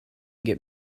get